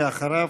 ואחריו,